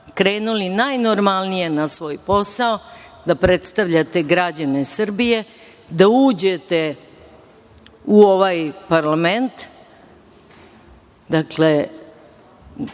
krenuli najnormalnije na svoj posao da predstavljate građane Srbije, da uđete u ovaj parlament, dakle,